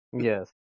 yes